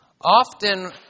Often